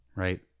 Right